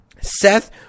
Seth